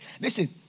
Listen